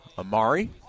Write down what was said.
Amari